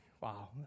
Wow